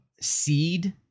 Seed